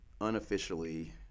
unofficially